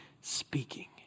speaking